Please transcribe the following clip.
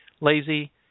lazy